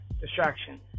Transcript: distraction